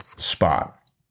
spot